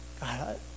God